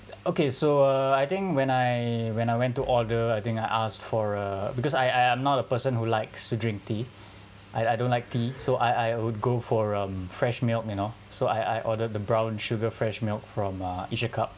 okay so uh I think when I when I went to order I think I asked for a because I I am not a person who likes to drink tea I I don't like tea so I I would go for um fresh milk you know so I I ordered the brown sugar fresh milk from uh each a cup